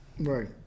Right